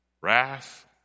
Wrath